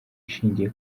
ishingiye